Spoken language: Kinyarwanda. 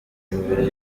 imbere